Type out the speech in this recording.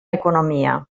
economia